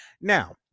now